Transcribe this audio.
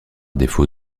défaut